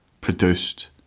produced